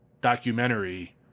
documentary